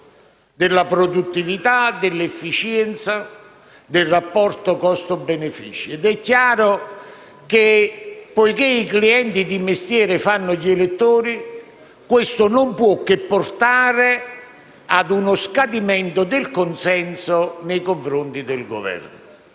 della produttività, dell'efficienza e del rapporto costi/benefici. È chiaro che, poiché i clienti di mestiere fanno gli elettori, questo non può che portare ad uno scadimento del consenso nei confronti del Governo.